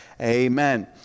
Amen